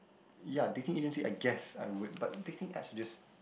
ya dating agency I guess I would but dating apps are just